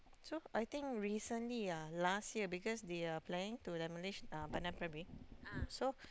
so I think recently ah last year because they are planning to demolish uh Pandan-Primary so